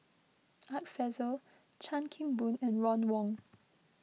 Art Fazil Chan Kim Boon and Ron Wong